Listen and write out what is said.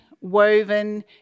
woven